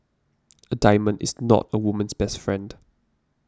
a diamond is not a woman's best friend